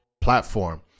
platform